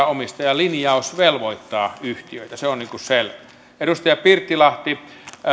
omistajalinjaus velvoittaa yhtiöitä se on selvä edustaja pirttilahti